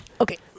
Okay